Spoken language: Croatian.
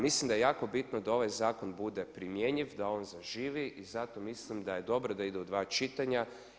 Mislim da je jako bitno da ovaj zakon bude primjenjiv, da on zaživi i zato mislim da je dobro da ide u dva čitanja.